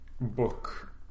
book